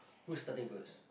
who is starting first